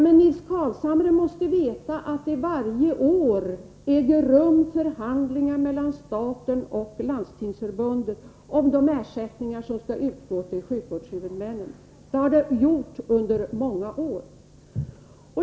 Men Nils Carlshamre måste väl veta att det varje år äger rum förhandlingar mellan staten och Landstingsförbundet om de ersättningar som skall utgå till sjukvårdshuvudmännen. Det har det gjort under många år.